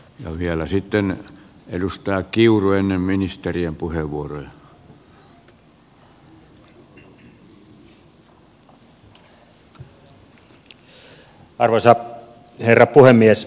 no vielä sitten edustaa kiuru ennen arvoisa herra puhemies